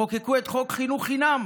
חוקקו את חוק חינוך חינם,